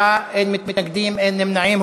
בעד, 37, אין מתנגדים, אין נמנעים.